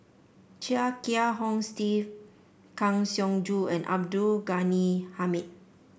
Chia Kiah Hong Steve Kang Siong Joo and Abdul Ghani Hamid